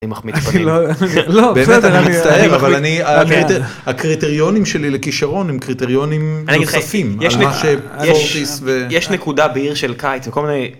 לא, בסדר, אני מצטער, אבל אני... הקריטריונים שלי לכישרון הם קריטריונים נוספים. יש נקודה בעיר של קיץ וכל מיני